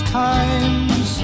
times